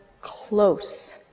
close